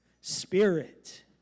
spirit